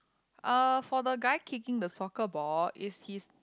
uh for the guy kicking the soccer ball is his